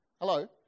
Hello